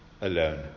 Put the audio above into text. alone